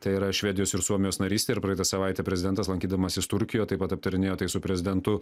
tai yra švedijos ir suomijos narystė ir praeitą savaitę prezidentas lankydamasis turkijoj taip pat aptarinėjo tai su prezidentu